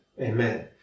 Amen